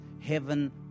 heaven